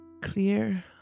clear